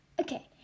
Okay